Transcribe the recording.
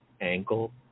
angle